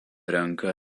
renka